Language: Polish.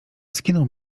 skinął